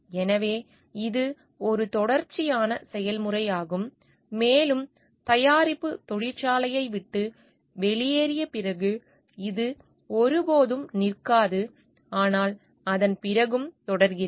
எனவே இது ஒரு தொடர்ச்சியான செயல்முறையாகும் மேலும் தயாரிப்பு தொழிற்சாலையை விட்டு வெளியேறிய பிறகு இது ஒருபோதும் நிற்காது ஆனால் அதன் பிறகும் தொடர்கிறது